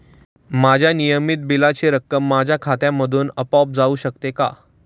माझ्या नियमित बिलाची रक्कम माझ्या खात्यामधून आपोआप जाऊ शकते का?